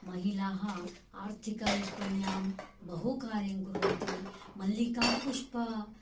महिलाः आर्थिकविपण्यां बहु कार्यं कुर्वन्ति मल्लिका पुष्पा